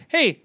Hey